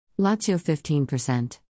Lazio-15%